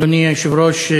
אדוני היושב-ראש,